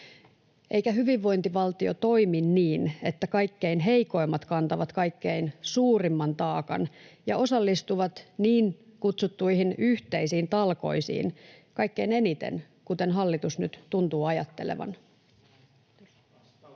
Eikä hyvinvointivaltio toimi niin, että kaikkein heikoimmat kantavat kaikkein suurimman taakan ja osallistuvat niin kutsuttuihin yhteisiin talkoisiin kaikkein eniten, kuten hallitus nyt tuntuu ajattelevan.